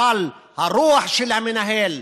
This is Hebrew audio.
אבל הרוח של המנהל,